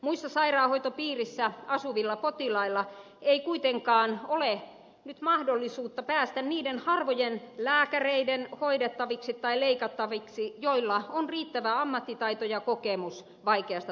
muissa sairaanhoitopiireissä asuvilla potilailla ei kuitenkaan ole nyt mahdollisuutta päästä niiden harvojen lääkäreiden hoidettaviksi tai leikattaviksi joilla on riittävä ammattitaito ja kokemus vaikeasta taudinmuodosta